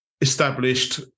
Established